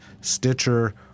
Stitcher